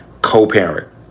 co-parent